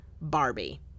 Barbie